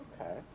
Okay